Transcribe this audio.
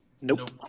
Nope